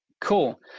cool